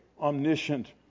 omniscient